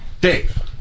Dave